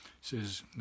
says